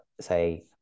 say